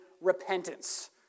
repentance